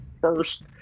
first